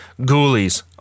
Ghoulies